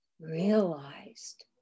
realized